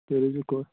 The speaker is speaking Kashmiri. تُہۍ روٗزِو خۄ